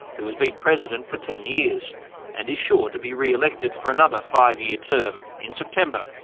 who has been president for ten years and is sure to be re-elected for another five-year term in september.